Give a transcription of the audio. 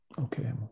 Okay